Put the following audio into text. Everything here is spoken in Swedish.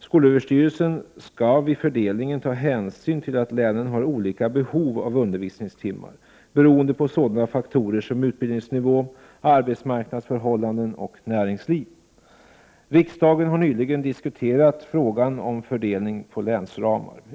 Skolöverstyrelsen skall vid fördelningen ta hänsyn till att länen har olika behov av undervisningstimmar beroende på sådana faktorer som utbildningsnivå, arbetsmarknadsförhållanden och näringsliv. Riksdagen har nyligen diskuterat frågan om fördelning på länsramar.